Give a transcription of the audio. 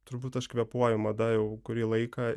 turbūt aš kvėpuoju mada jau kurį laiką